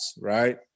right